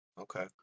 Okay